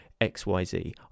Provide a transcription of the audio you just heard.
XYZ